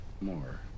more